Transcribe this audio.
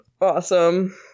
Awesome